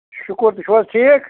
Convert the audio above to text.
شُکُر تُہۍ چھُو حظ ٹھیٖک